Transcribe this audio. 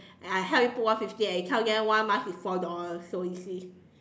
I help you put one fifty and you tell them one mask is four dollars so you see